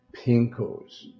pinkos